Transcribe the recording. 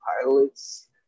Pilots